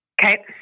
Okay